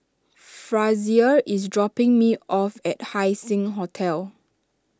Frazier is dropping me off at Haising Hotel